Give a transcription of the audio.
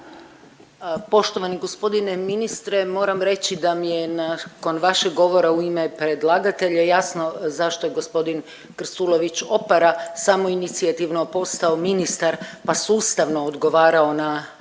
Poštovani g. ministre, moram reći da mi je nakon vašeg govora u ime predlagatelja jasno zašto je g. Krstulović Opara samoinicijativno postao ministar pa sustavno odgovarao na